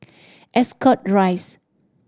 Ascot Rise